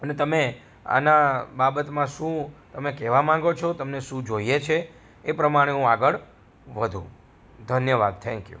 અને તમે આના બાબતમાં શું તમે કેવા માંગો છો તમને શું જોઈએ છે એ પ્રમાણે હું આગળ વધુ ધન્યવાદ થેન્ક યૂ